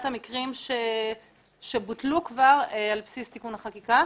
המקרים שבוטלו על בסיס תיקון החקיקה.